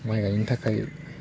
माइ गायनो थाखाय